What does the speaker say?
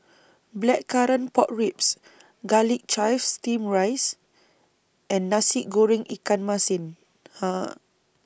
Blackcurrant Pork Ribs Garlic Chives Steamed Rice and Nasi Goreng Ikan Masin